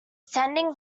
sending